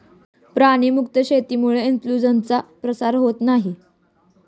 प्राणी मुक्त शेतीमुळे इन्फ्लूएन्झाचा प्रसार होत नाही